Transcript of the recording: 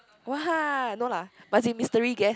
what no lah but as in mystery guess